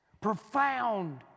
Profound